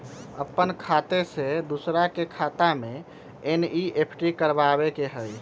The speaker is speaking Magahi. अपन खाते से दूसरा के खाता में एन.ई.एफ.टी करवावे के हई?